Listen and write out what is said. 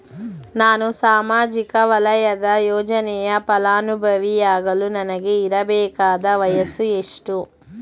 ನಾನು ಸಾಮಾಜಿಕ ವಲಯದ ಯೋಜನೆಯ ಫಲಾನುಭವಿ ಯಾಗಲು ನನಗೆ ಇರಬೇಕಾದ ವಯಸ್ಸು ಎಷ್ಟು?